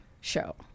show